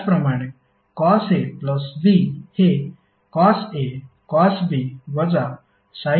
त्याचप्रमाणे cos A plus B हे cos A cos B वजा साइन A साइन B आहे